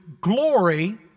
glory